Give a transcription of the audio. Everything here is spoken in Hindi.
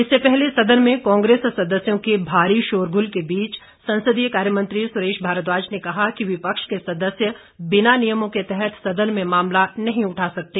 इससे पहले सदन में कांग्रेस सदस्यों के भारी शोरगुल के बीच संसदीय कार्यमंत्री सुरेश भारद्वाज ने कहा कि विपक्ष के सदस्य बिना नियमों के तहत सदन में मामला नहीं उठा सकते